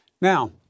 Now